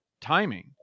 timing